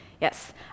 Yes